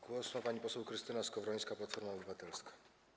Głos ma pani poseł Krystyna Skowrońska, Platforma Obywatelska.